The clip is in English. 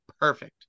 perfect